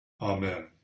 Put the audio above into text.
Amen